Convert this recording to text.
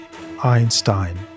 Einstein